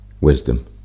wisdom